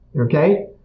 Okay